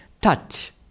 touch